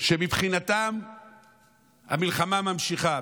שמבחינתם המלחמה ממשיכה.